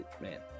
man